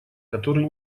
который